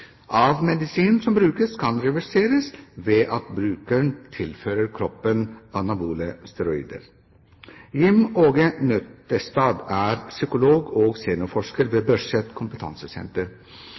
av medisinen som brukes, kan reverseres ved at brukeren tilfører kroppen anabole steroider. Jim Aage Nøttestad er psykolog og seniorforsker ved